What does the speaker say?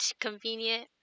convenient